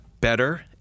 better